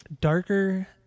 darker